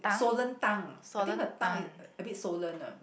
swollen tongue I think her tongue is uh a bit swollen uh